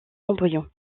embryon